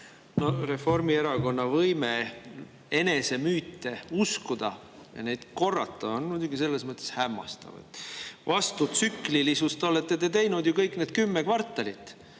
Reformierakonna võime enese müüte uskuda ja neid korrata on muidugi hämmastav. Vastutsüklilisust olete te teinud ju kõik need kümme kvartalit,